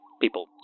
People